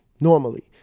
Normally